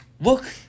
look